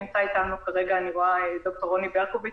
אני רואה שנמצא איתנו כרגע ד"ר רוני ברקוביץ,